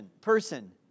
person